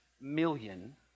million